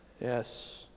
Yes